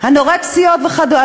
אבקש לסיים.